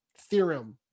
theorem